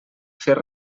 fer